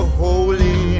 holy